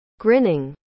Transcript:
Grinning